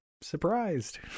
surprised